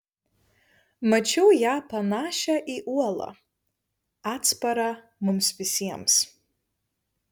mačiau ją panašią į uolą atsparą mums visiems